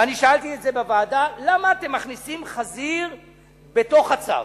ושאלתי את זה בוועדה: למה אתם מכניסים חזיר בתוך הצו?